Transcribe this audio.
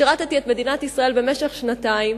שירתתי את מדינת ישראל במשך שנתיים,